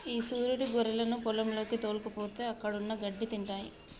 ఈ సురీడు గొర్రెలను పొలంలోకి తోల్కపోతే అక్కడున్న గడ్డి తింటాయి